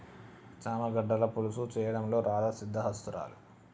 చామ గడ్డల పులుసు చేయడంలో రాధా సిద్దహస్తురాలు